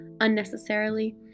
unnecessarily